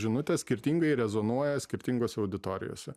žinutės skirtingai rezonuoja skirtingose auditorijose